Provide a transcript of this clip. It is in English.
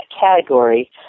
category